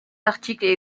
articles